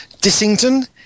Dissington